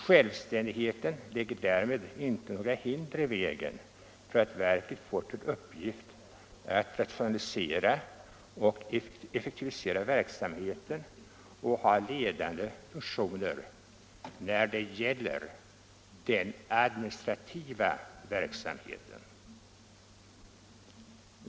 Självständigheten lägger däremot inte några hinder i vägen för att verket får till uppgift att rationalisera och effektivisera verksamheten och att ha ledande funktioner när det gäller den administrativa verksamheten.